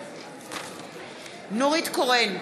בעד נורית קורן,